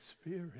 spirit